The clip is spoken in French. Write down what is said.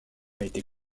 été